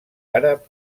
àrab